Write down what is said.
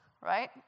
right